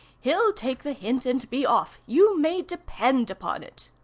he'll take the hint and be off, you may depend upon it.